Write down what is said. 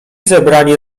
zebrani